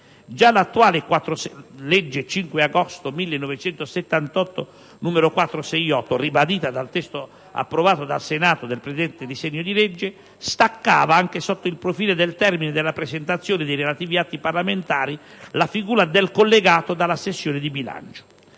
Già l'attuale legge 5 agosto 1978, n. 468, ribadita dal testo approvato dal Senato del presente disegno di legge, staccava, anche sotto il profilo del termine della presentazione dei relativi atti parlamentari, la figura del «collegato» dalla sessione di bilancio: